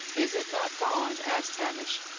is it not gone? asked hamish.